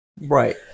Right